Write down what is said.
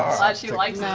um aw, she likes